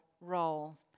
role